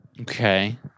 Okay